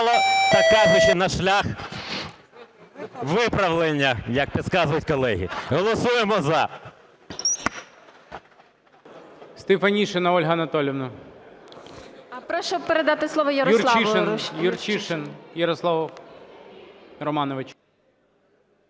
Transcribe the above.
так кажучи, на шлях виправлення, як підказують колеги. Голосуємо "за".